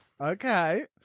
Okay